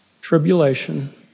tribulation